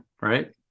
right